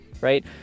right